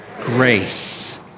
Grace